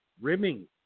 Rimming